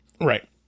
Right